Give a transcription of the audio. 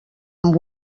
amb